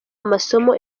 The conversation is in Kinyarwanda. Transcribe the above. amasomo